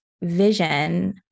vision